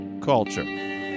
culture